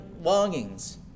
longings